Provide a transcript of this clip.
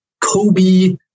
Kobe